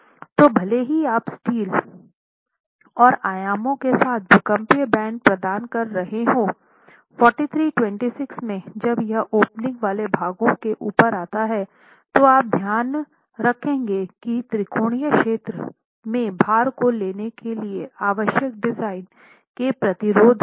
तो भले ही आप स्टील और आयामों के साथ भूकंपीय बैंड प्रदान कर रहे हों 4326 में जब यह ओपनिंग वाले भागों के ऊपर आता है तो आप ध्यान रखेंगे कि त्रिकोणीय क्षेत्र में भार को लेने के लिए आवश्यक डिज़ाइन के प्रतिरोध में हो